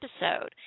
episode